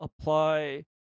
apply